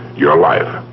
your life.